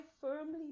firmly